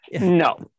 No